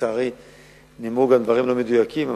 לצערי נאמרו גם דברים לא מדויקים,